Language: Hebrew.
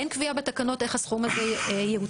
אין קביעה בתקנות איך הסכום הזה יעודכן.